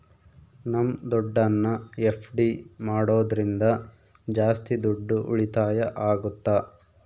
ನಮ್ ದುಡ್ಡನ್ನ ಎಫ್.ಡಿ ಮಾಡೋದ್ರಿಂದ ಜಾಸ್ತಿ ದುಡ್ಡು ಉಳಿತಾಯ ಆಗುತ್ತ